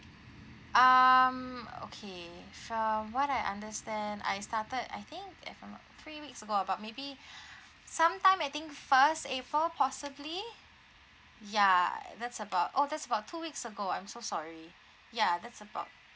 um okay from what I understand I started I think if I'm not three weeks ago about maybe sometime I think first april possibly ya that's about oh that's about two weeks ago I'm so sorry ya that's about